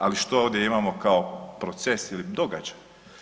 Ali što ovdje imamo kao proces ili događaj?